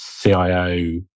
CIO